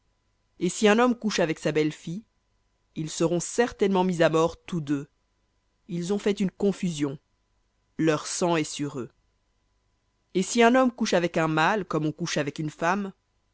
et si un homme couche avec sa belle-fille ils seront certainement mis à mort tous deux ils ont fait une confusion leur sang est sur eux et si un homme couche avec un mâle comme on couche avec une femme